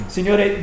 Signore